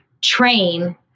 train